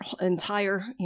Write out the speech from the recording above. entire